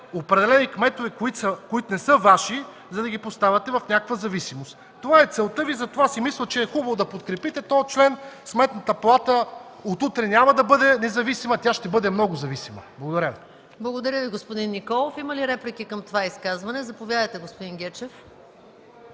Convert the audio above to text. определени кметове, които не са Ваши, за да ги поставяте в някаква зависимост. Това е целта Ви. Затова си мисля, че е хубаво да подкрепите това предложение. Сметната палата от утре няма да бъде независима, тя ще бъде много зависима. Благодаря Ви. ПРЕДСЕДАТЕЛ МАЯ МАНОЛОВА: Благодаря Ви, господин Николов. Има ли реплики към това изказване? Заповядайте, господин Гечев.